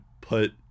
put